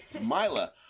Mila